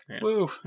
Woo